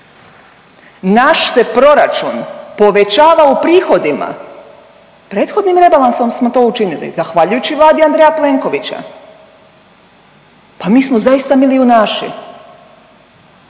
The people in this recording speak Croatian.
Naš se proračun povećava u prihodima, prethodnim rebalansom smo to učinili, zahvaljujući vladi Andreja Plenkovića. Pa mi smo zaista milijunaši.